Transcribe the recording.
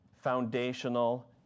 foundational